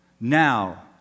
now